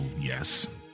yes